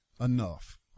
enough